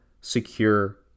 secure